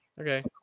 Okay